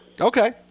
Okay